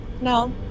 No